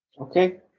Okay